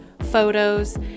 photos